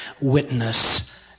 witness